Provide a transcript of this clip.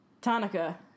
Tanaka